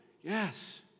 Yes